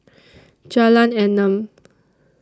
Jalan Enam